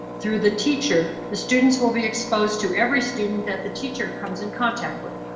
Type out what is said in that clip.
through the teacher, the students will be exposed to every student that the teacher comes in contact with.